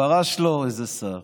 פרש לו איזה שר,